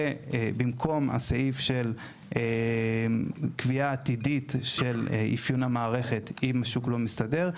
במקום הסעיף של קביעה עתידית של אפיון המערכת אם השוק לא יסתדר,